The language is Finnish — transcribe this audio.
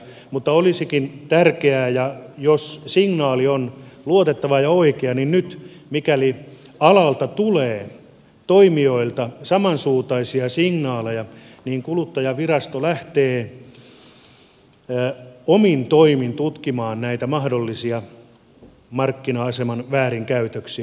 mutta olisikin tärkeää että jos signaali on luotettava ja oikea niin nyt mikäli alalta tulee toimijoilta samansuuntaisia signaaleja kuluttajavirasto lähtee omin toimin tutkimaan näitä mahdollisia markkina aseman väärinkäytöksiä